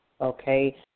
okay